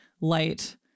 light